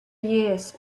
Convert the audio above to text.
years